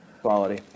quality